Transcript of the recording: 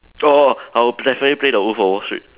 oh oh I'll definitely play the wolf of wall street